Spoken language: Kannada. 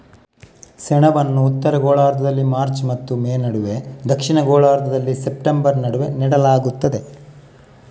ಸೆಣಬನ್ನು ಉತ್ತರ ಗೋಳಾರ್ಧದಲ್ಲಿ ಮಾರ್ಚ್ ಮತ್ತು ಮೇ ನಡುವೆ, ದಕ್ಷಿಣ ಗೋಳಾರ್ಧದಲ್ಲಿ ಸೆಪ್ಟೆಂಬರ್ ನಡುವೆ ನೆಡಲಾಗುತ್ತದೆ